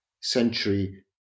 century